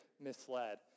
misled